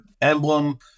emblem